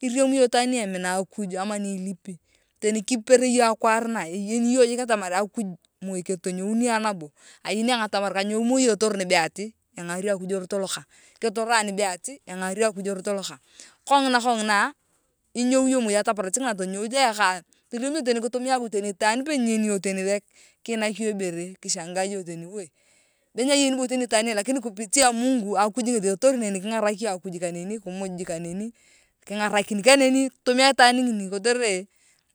iriam iyong itwaan ni emina akuj ama nilipi teni kipper iyong akwaar na iyeni iyong jik atamar akuj moi nabo ketonyemi ayong nabo ayeni ayong atamar kanyou mori etor nibe ati engari akuj erot lokeng ketor nibe ati engari akuj erot lokang kongina kongina inyou iyong moi ataparach ngina tonyou tayaka toriam iyong tani kitumia akuj teni nipe nyeyeni iyong kiinak iyong ibere kishangaa iyong teni tama wue lakini kupitia mungu akuj ngethi itori neni kingarik iyong akuj kaneni kimuj kaneni kingarakini kaneni kitumia itwaan ngini kotere.